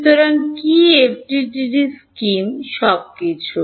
সুতরাং কি FDTD scheme সব কিছুর